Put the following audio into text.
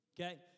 Okay